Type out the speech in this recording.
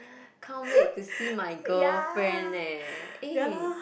can't wait to see my girlfriend leh eh